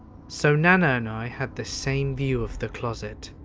so nana and i had the same view of the closest.